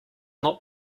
not